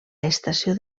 estació